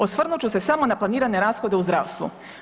Osvrnut ću se samo na planirane rashode u zdravstvu.